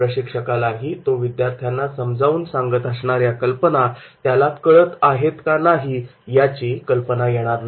प्रशिक्षकालाही तो विद्यार्थ्यांना समजावून सांगत असणाऱ्या कल्पना त्याला कळत आहेत का नाही याची कल्पना येणार नाही